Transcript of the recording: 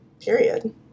period